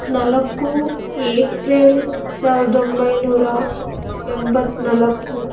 ನಾಲ್ಕು ಏಪ್ರಿಲ್ ಸಾವಿರದ ಒಂಬೈನೂರ ಎಂಬತ್ನಾಲ್ಕು